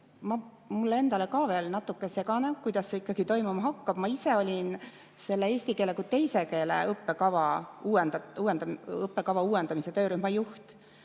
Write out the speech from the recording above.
mulle endale ka veel natuke segane, kuidas see ikkagi toimuma hakkab. Ma ise olin selle eesti keele kui teise keele õppekava uuendamise töörühma juht.